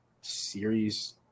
series